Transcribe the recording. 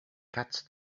cats